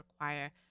require